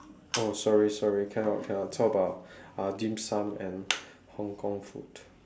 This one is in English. oh sorry sorry cannot cannot talk about uh dim-sum and hong-kong food